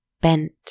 bent